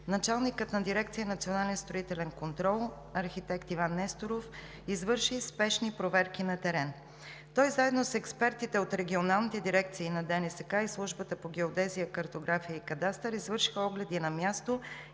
началникът на Дирекция „Национален строителен контрол“ – архитект Иван Несторов, извърши спешни проверки на терен. Той, заедно с експертите от регионалните дирекции на ДНСК и Службата по геодезия, картография и кадастър извършиха огледи на място